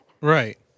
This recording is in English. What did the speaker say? Right